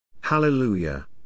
Hallelujah